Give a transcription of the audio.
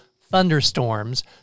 thunderstorms